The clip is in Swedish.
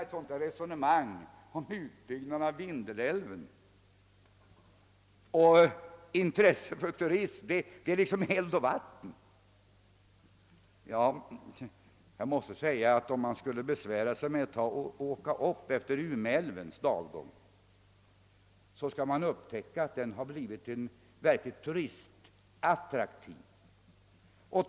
Mitt resonemang i fråga om utbyggnaden av Vindelälven och intresse för turism skulle nämligen vara lika oförenliga som eld och vatten. Om man besvärar sig med att fara upp längs Umeälvens dalgång, skall man emellertid upptäcka att den blivit en verklig turistattraktion.